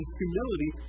humility